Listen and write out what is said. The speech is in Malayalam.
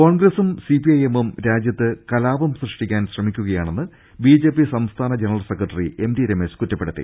കോൺഗ്രസും സിപ്പിഐഎമ്മും രാജ്യത്ത് കലാപം സൃഷ്ടി ക്കാൻ ശ്രമിക്കുകയാണെന്ന് ബിജെപി സംസ്ഥാന general secretary M T Ramesh കുറ്റപ്പെടുത്തി